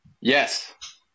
Yes